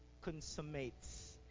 consummates